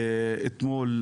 היום,